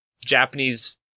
japanese